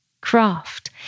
craft